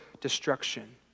destruction